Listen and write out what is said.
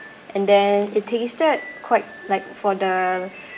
and then it tasted quite like for the